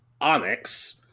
onyx